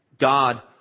God